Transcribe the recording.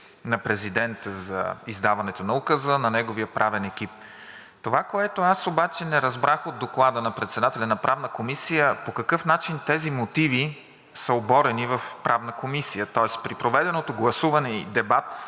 на Президента за издаването на Указа, на неговия правен екип. Това, което аз обаче не разбрах от доклада на председателя на Правна комисия, е по какъв начин тези мотиви са оборени в Правна комисия, тоест при проведеното гласуване и дебат